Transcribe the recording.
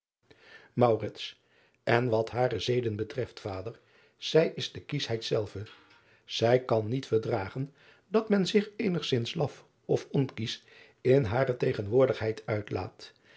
n wat hare zeden betreft vader zij is de kieschheid zelve ij kan niet verdragen dat men zich eenigzins laf of onkiesch in hare tegenwoordigheid uitlaat